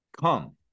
come